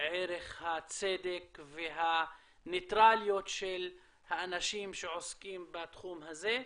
ערך הצדק והניטרליות של האנשים שעוסקים בתחום הזה.